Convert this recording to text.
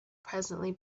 presently